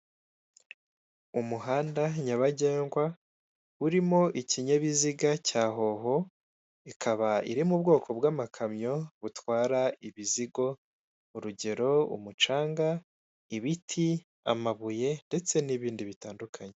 Umuhanda nyabagendwa urimo ikinyabiziga cya hoho, ikaba iri mu bwoko bw'amakamyo butwara ibizigo urugero umucanga, ibiti, amabuye ndetse n'ibindi bitandukanye.